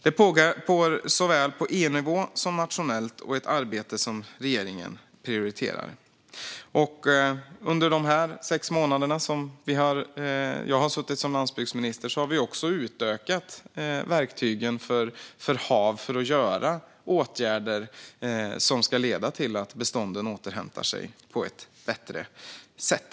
Detta pågår såväl på EU-nivå som nationellt och är ett arbete som regeringen prioriterar. Under de sex månader som jag har suttit som landsbygdsminister har vi också utökat verktygen för HaV att vidta åtgärder som ska leda till att bestånden återhämtar sig på ett bättre sätt.